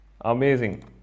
amazing